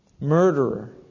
Murderer